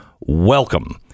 welcome